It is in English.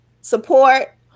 support